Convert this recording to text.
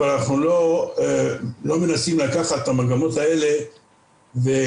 אבל אנחנו לא מנסים לקחת את המגמות האלה ולבנות,